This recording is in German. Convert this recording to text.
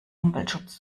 umweltschutz